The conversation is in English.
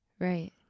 Right